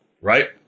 right